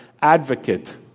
advocate